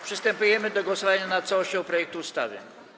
Przystępujemy do głosowania nad całością projektu ustawy.